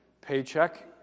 paycheck